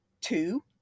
Two